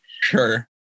sure